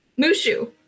mushu